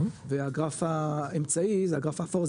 והגרף האמצעי זה הגרף האפור,